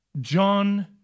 John